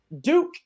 Duke